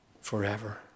forever